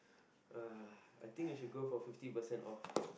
uh I think we should go for fifty percent off